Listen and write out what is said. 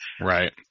Right